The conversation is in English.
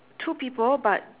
two people but